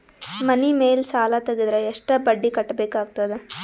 ಮನಿ ಮೇಲ್ ಸಾಲ ತೆಗೆದರ ಎಷ್ಟ ಬಡ್ಡಿ ಕಟ್ಟಬೇಕಾಗತದ?